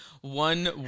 one